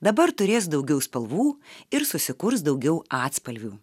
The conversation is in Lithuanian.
dabar turės daugiau spalvų ir susikurs daugiau atspalvių